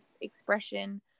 expression